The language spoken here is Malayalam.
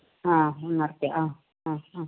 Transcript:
ആ നിർത്തി ആ ആ ആ